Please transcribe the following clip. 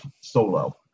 solo